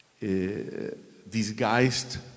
disguised